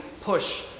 push